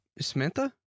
Samantha